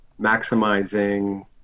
maximizing